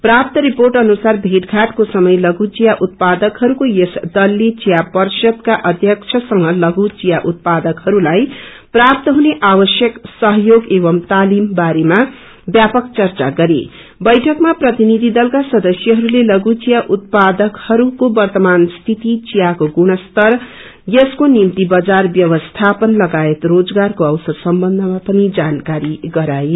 प्राप्त रिर्पोट अनुसार भेट घाटको समय लघु चिया उत्पदकहरूको यस दलले ख्या पर्षदका अध्यक्षसंग लघु चिया उतपादकहरूलाई प्रज्ञप्त हुने आवश्यक सहयोग एवमं तालिम बारेमा व्यापक चच्च गरे बैठकमा प्रतनिधि दलका सदस्यहरूले लघु चिया उतपादकहरूको वव्रमान स्थिति चियाको गुणसतर यसको निम्ति बजार व्यवस्थापन लगायत रोजगारको अवसर समबन्धमा पनि जानकारी गराए